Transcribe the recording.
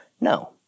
No